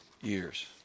years